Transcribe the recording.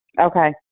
Okay